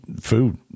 food